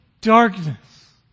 darkness